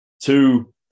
Two